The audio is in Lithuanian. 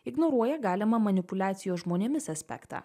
ignoruoja galimą manipuliacijos žmonėmis aspektą